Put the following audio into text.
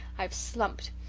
i've slumped.